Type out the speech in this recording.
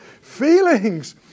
Feelings